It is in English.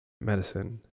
medicine